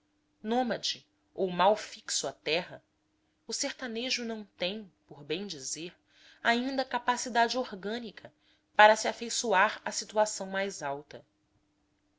ou mal fixo à terra o sertanejo não tem por bem dizer ainda capacidade orgânica para se afeiçoar a situação mais alta